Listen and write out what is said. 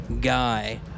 guy